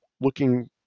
looking